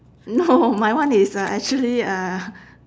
no my one is uh actually uh